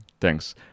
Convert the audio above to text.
Thanks